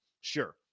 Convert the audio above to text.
Sure